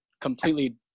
Completely